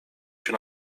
się